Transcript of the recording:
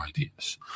ideas